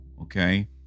Okay